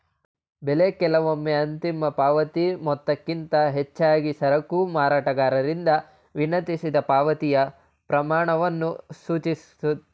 ಬೆಲೆ ಕೆಲವೊಮ್ಮೆ ಅಂತಿಮ ಪಾವತಿ ಮೊತ್ತಕ್ಕಿಂತ ಹೆಚ್ಚಾಗಿ ಸರಕು ಮಾರಾಟಗಾರರಿಂದ ವಿನಂತಿಸಿದ ಪಾವತಿಯ ಪ್ರಮಾಣವನ್ನು ಸೂಚಿಸುತ್ತೆ